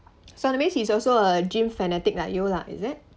so that means he's also a gym fanatic like you lah is it